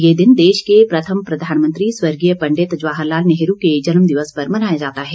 ये दिन देश के प्रथम प्रधानमंत्री स्वर्गीय पंडित जवाहर लाल नेहरू के जन्म दिवस पर मनाया जाता है